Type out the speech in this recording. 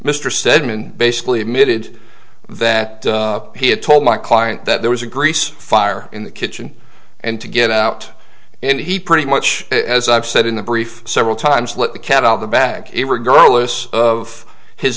mr steadman basically admitted that he had told my client that there was a grease fire in the kitchen and to get out and he pretty much as i've said in the brief several times let the cat out of the bag it regardless of his